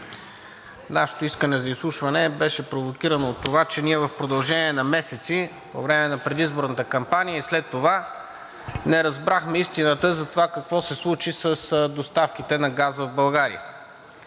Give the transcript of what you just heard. Нашето искане за изслушване беше провокирано от това, че ние в продължение на месеци – по време на предизборната кампания и след това – не разбрахме истината за това какво се случи с доставките на газ в България.